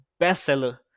bestseller